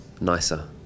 nicer